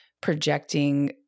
projecting